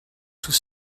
tout